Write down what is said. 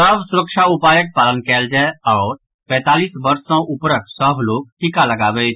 सभ सुरक्षा उपायक पालन कयल जाय आओर पैंतालीस वर्ष सॅ ऊपरक सभ लोक टीका लगावैथ